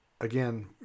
again